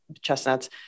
chestnuts